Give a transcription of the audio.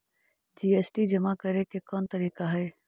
GST जमा करे के कौन तरीका हई